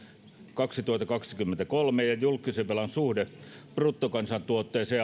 kaksituhattakaksikymmentäkolme ja julkisen velan suhde bruttokansantuotteeseen